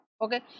okay